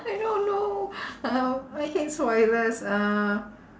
I don't know uh I hate spoilers uh